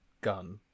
gun